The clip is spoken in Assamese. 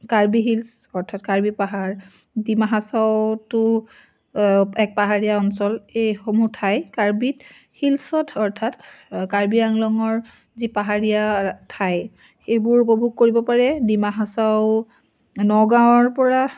কাৰ্বি হিলছ অৰ্থাৎ কাৰ্বি পাহাৰ ডিমাাহাচাওটো এক পাহাৰীয়া অঞ্চল এইসমূহ ঠাই কাৰ্বি হিলছত অৰ্থাৎ কাৰ্বি আংলঙৰ যি পাহাৰীয়া ঠাই সেইবোৰ উপভোগ কৰিব পাৰে ডিমা হাচাও নগাঁৱৰ পৰা